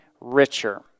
richer